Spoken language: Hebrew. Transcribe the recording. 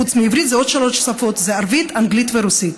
חוץ מעברית, עוד שלוש שפות: ערבית, אנגלית ורוסית.